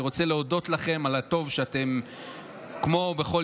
אני רוצה להודות לכם על הטוב שכמו בכל